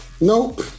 nope